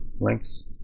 links